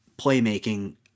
playmaking